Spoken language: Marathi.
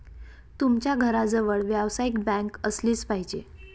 तुमच्या घराजवळ व्यावसायिक बँक असलीच पाहिजे